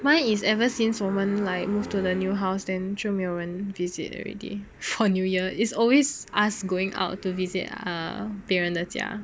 mine is ever since 我们 like move to the new house then 就没有人 visit already for new year is always us going out to visit err 别人的家